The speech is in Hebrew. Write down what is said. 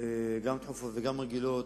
גם דחופות וגם רגילות,